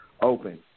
open